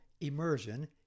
immersion